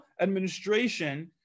administration